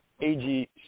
AG